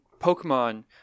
Pokemon